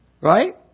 Right